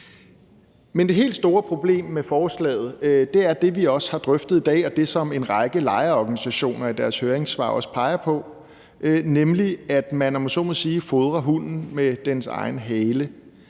Men det helt store problem med forslaget, er det, vi også har drøftet i dag, og det, som en række lejerorganisationer også peger på i deres høringssvar, nemlig at man, om jeg så må sige, fodrer hunden med dens egen hale,